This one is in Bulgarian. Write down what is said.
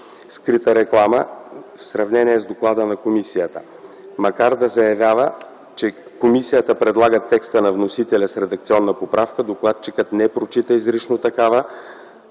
скрита реклама) в сравнение с доклада на комисията. Макар да заявява, че „комисията предлага текста на вносителя с редакционна поправка”, докладчикът не прочита изрично такава,